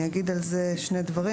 אני אגיד על זה שני דברים,